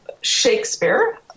Shakespeare